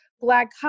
Black